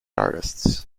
artists